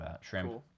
shrimp